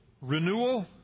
renewal